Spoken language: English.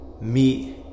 meet